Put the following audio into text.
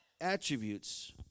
attributes